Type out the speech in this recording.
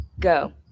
Go